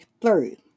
three